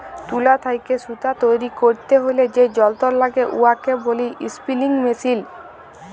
তুলা থ্যাইকে সুতা তৈরি ক্যইরতে হ্যলে যে যল্তর ল্যাগে উয়াকে ব্যলে ইস্পিলিং মেশীল